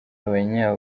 abanya